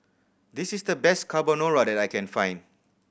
this is the best Carbonara that I can find